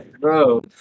bro